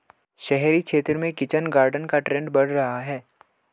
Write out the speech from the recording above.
शहरी क्षेत्र में किचन गार्डन का ट्रेंड बढ़ रहा है